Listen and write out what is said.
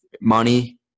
money